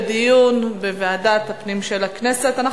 חבר הכנסת רותם,